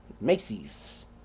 Macy's